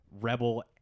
rebel